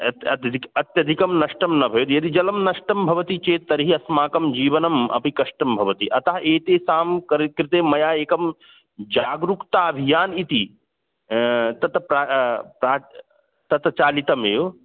अत् अत्यधिकम् अत्यधिकं नष्टं न भवेत् यदि जलं नष्टं भवति चेत् तर्हि अस्माकं जीवनम् अपि कष्टं भवति अतः एतेषां करि कृते मया एकं जागरूकता अभियानम् इति तत् प्रा प्राक् तत् चालितमेव